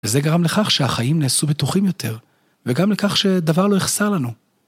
וזה גרם לכך שהחיים נעשו בטוחים יותר וגם לכך שדבר לא יחסר לנו.